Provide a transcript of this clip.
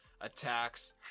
attacks